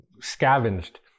scavenged